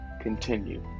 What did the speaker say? continue